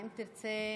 האם תרצה,